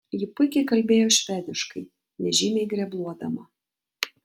ji puikiai kalbėjo švediškai nežymiai grebluodama